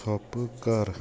ژھۄپہٕ کر